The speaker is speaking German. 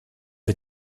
wir